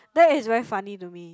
that is very funny to me